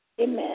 Amen